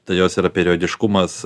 tai jos yra periodiškumas